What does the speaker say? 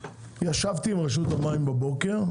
ישבתי עם רשות המים בבוקר,